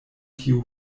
tiu